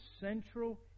central